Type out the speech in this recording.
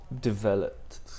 developed